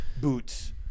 boots